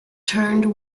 turned